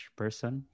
person